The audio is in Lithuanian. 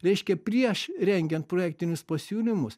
reiškia prieš rengiant projektinius pasiūlymus